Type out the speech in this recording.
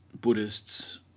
Buddhists